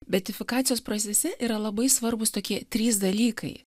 beatifikacijos procese yra labai svarbūs tokie trys dalykai